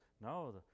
no